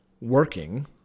working